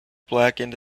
blackened